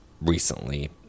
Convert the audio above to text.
recently